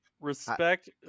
Respect